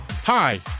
Hi